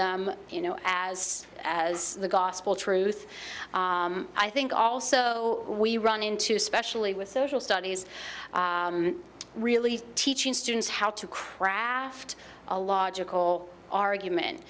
them you know as as the gospel truth i think also we run into especially with social studies really teaching students how to craft a logical argument